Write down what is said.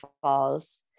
falls